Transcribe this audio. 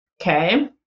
Okay